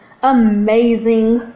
amazing